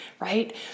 right